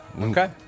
Okay